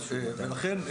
ולכן,